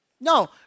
No